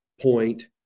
point